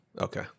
okay